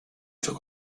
took